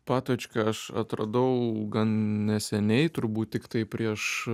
patočką aš atradau gan neseniai turbūt tiktai prieš